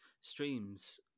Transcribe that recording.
streams